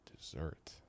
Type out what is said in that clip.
Dessert